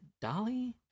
Dolly